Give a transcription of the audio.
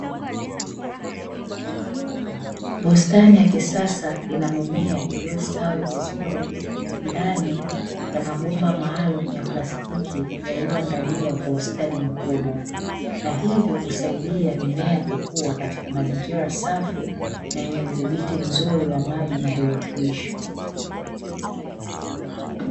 Bustani ya kisasa ina mimea iliyostawi vizuri ndani ya mabomba maalumu ya plastiki, yaliyoandaliwa kwa ustadi mkubwa na hivyo kusaidia mimea kukua katika mazingira safi na yenye udhibiti mzuri wa maji na virutubisho.